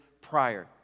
prior